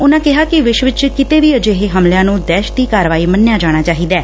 ਉਨਾਂ ਕਿਹਾ ਕਿ ਵਿਸ਼ਵ ਚ ਕੀਤੇ ਵੀ ਅਜਿਹੇ ਹਮਲਿਆਂ ਨੂੰ ਦਹਿਸ਼ਤੀ ਕਾਰਵਾਈ ਮੰਨਿਆ ਜਾਣਾ ਚਾਹੀਦੈ